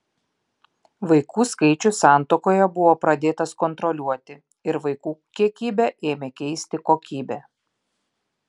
vaikų skaičius santuokoje buvo pradėtas kontroliuoti ir vaikų kiekybę ėmė keisti kokybė